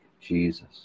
Jesus